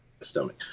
stomach